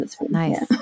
Nice